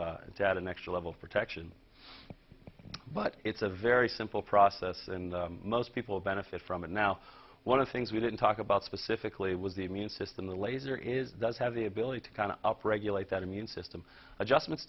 at an extra level of protection but it's a very simple process and most people benefit from it now one of the things we didn't talk about specifically was the immune system the laser is does have the ability to kind of up regulate that immune system adjustments